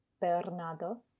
Bernardo